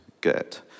get